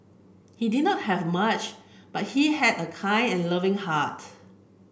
he did not have much but he had a kind and loving heart